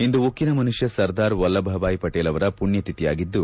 ಇಂದು ಉಕ್ಕಿನ ಮನುಷ್ಯ ಸರ್ದಾರ್ ವಲ್ಲಭಬಾಯ್ ಪಟೇಲ್ ಅವರ ಪುಣ್ಯತಿಥಿಯಾಗಿದ್ದು